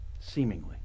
seemingly